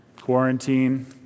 Quarantine